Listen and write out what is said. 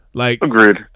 Agreed